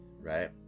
right